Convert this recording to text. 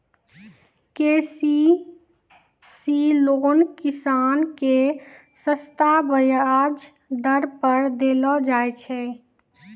KCC loan किसान के सस्ता ब्याज दर पर देलो जाय छै